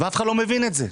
ואף אחד לא מבין את זה.